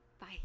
bye